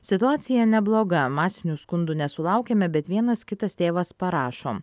situacija nebloga masinių skundų nesulaukiame bet vienas kitas tėvas parašo